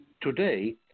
today